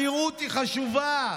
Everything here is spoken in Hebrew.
הנראות היא חשובה.